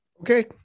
Okay